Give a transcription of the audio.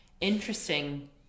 interesting